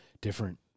different